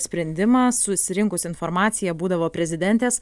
sprendimas susirinkus informaciją būdavo prezidentės